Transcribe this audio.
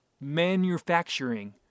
manufacturing